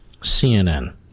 CNN